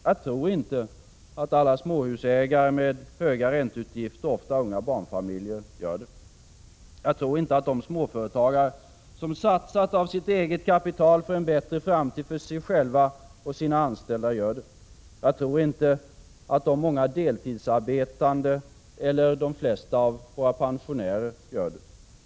Jag tror inte alla småhusägare med höga ränteutgifter, ofta unga barnfamiljer, gör det. Jag tror inte de småföretagare som satsat av sitt eget kapital för en bättre framtid för sig själva och sina anställda gör det. Jag tror inte att de många deltidsarbetande eller de flesta av våra pensionärer gör det.